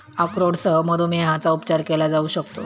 अक्रोडसह मधुमेहाचा उपचार केला जाऊ शकतो